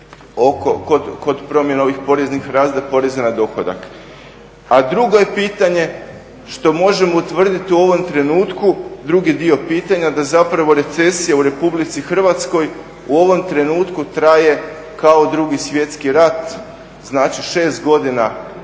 Kod promjena ovih poreznih razreda poreza na dohodak, a drugo je pitanje što možemo utvrditi u ovom trenutku drugi dio pitanja da recesija u RH u ovom trenutku traje kao Drugi svjetski rat, znači 6 godina je